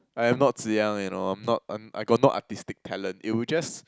I am not Zi-Yang you know I'm not I got no artistic talent it would just